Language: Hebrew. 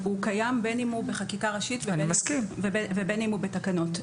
הוא קיים בין אם הוא בחקיקה ראשית ובין אם הוא בתקנות.